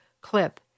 clip